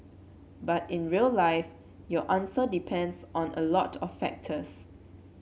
but in real life your answer depends on a lot of factors